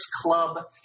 club